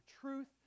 truth